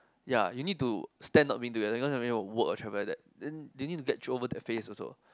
ya you need to stand not being together because of work or travel like that you need to get over that phase